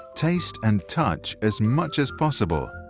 taste and touch as much as possible.